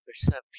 perception